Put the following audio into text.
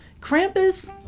Krampus